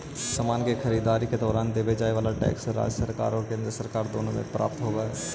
समान के खरीददारी के दौरान देवे जाए वाला टैक्स राज्य सरकार और केंद्र सरकार दोनो के प्राप्त होवऽ हई